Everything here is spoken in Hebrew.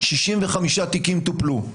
65 תיקים טופלו.